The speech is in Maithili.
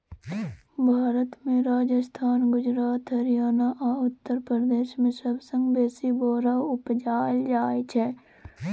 भारत मे राजस्थान, गुजरात, हरियाणा आ उत्तर प्रदेश मे सबसँ बेसी बोरा उपजाएल जाइ छै